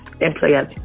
employers